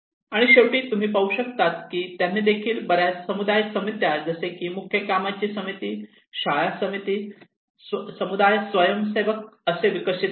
आणि शेवटी तुम्ही पाहू शकतात की त्यांनी देखील बऱ्याच समुदाय समित्या जसे की मुख्य कामाची समिती शाळा समिती समुदाय स्वयमसेवक असे विकसित केले